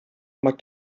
maar